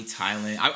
Thailand